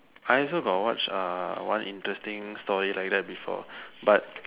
I also got watch ah one interesting story like that before but